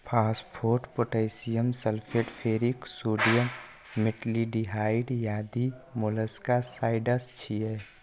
phosphate, potassium sulphate, ferric sodium, metaldehyde आदि molluscicides छियै